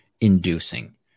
inducing